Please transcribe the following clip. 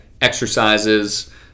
exercises